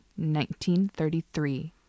1933